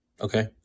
Okay